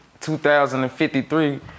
2053